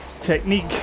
technique